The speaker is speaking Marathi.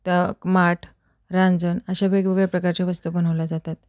त्या माठ रांजण अशा वेगवेगळ्या प्रकारचे वस्तू बनवल्या जातात